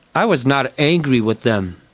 i was not angry with them,